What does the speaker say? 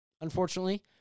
unfortunately